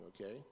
okay